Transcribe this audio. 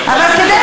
אבל כדי,